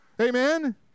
Amen